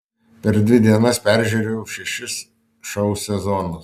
per dvi dienas peržiūrėjau šešis šou sezonus